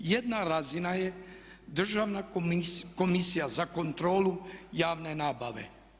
Jedna razina je Državna komisija za kontrolu javne nabave.